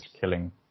killing